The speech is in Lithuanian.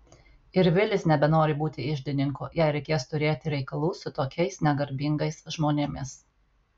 ir vilis nebenori būti iždininku jei reikės turėti reikalų su tokiais negarbingais žmonėmis